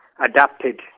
adapted